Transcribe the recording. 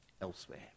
elsewhere